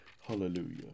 Hallelujah